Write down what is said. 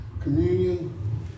communion